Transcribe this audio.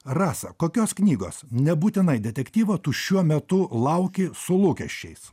rasa kokios knygos nebūtinai detektyvo tu šiuo metu lauki su lūkesčiais